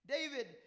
David